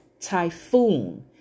Typhoon